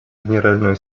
генерального